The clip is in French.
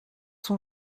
son